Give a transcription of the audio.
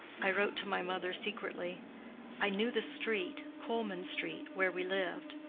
i wrote to my mother secretly i knew the street, colman street, where we lived,